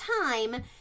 time